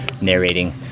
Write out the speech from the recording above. Narrating